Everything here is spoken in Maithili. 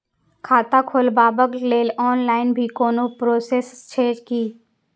खाता खोलाबक लेल ऑनलाईन भी कोनो प्रोसेस छै की?